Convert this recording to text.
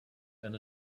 and